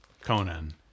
Conan